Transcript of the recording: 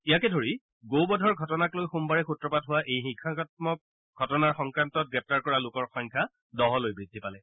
ইয়াকে ধৰি গো বধৰ ঘটনাক লৈ সোমবাৰে সূত্ৰপাত হোৱা এই হিংসামক ঘটনাৰ সংক্ৰান্তত গ্ৰেপ্তাৰ কৰা লোকৰ সংখ্যা দহলৈ বৃদ্ধি পালে